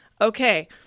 okay